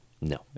No